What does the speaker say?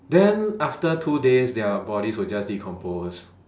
then after two days their bodies will just decompose